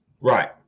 Right